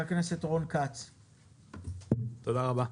תודה רבה.